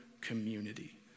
community